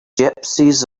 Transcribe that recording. gypsies